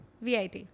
VIT